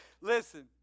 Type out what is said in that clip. Listen